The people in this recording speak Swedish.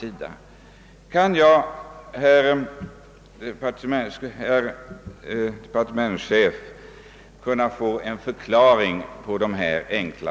Skulle jag av departementschefen kunna få en förklaring på detta?